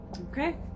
Okay